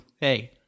hey